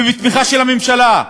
ובתמיכה של הממשלה,